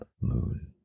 moon